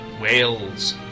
Wales